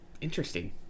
Interesting